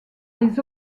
les